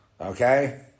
Okay